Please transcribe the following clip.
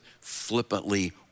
flippantly